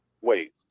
wait